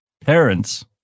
parents